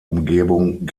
umgebung